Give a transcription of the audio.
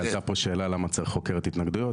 כי עלתה פה שאלה למה צריך חוקרת התנגדויות